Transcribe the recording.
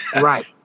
Right